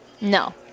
No